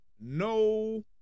no